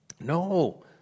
No